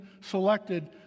selected